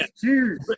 Cheers